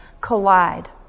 collide